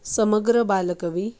समग्र बालकवी